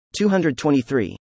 223